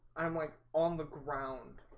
i'm like on the ground